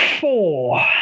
Four